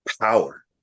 power